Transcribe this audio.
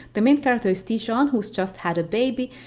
the main character is ti-jeanne who's just had a baby,